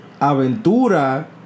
Aventura